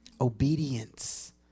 Obedience